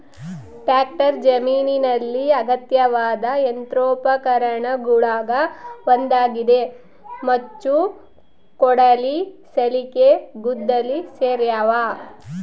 tractor ಜಮೀನಿನಲ್ಲಿ ಅಗತ್ಯವಾದ ಯಂತ್ರೋಪಕರಣಗುಳಗ ಒಂದಾಗಿದೆ ಮಚ್ಚು ಕೊಡಲಿ ಸಲಿಕೆ ಗುದ್ದಲಿ ಸೇರ್ಯಾವ